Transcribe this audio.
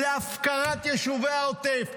להפקרת יישובי העוטף,